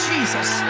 Jesus